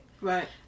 right